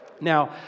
Now